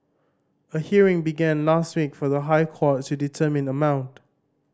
a hearing began last week for the High Court to determine the amount